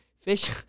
fish